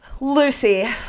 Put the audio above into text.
Lucy